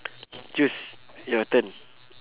choose your turn